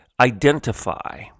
identify